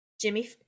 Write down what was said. Jimmy